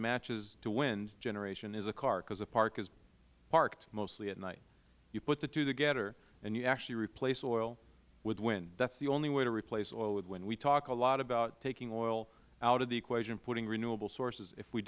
matches to wind generation is a car because a car is parked mostly at night if you put the two together and you actually replace oil with wind that is the only way to replace oil with wind we talk a lot about taking oil out of the equation and putting renewable sources if we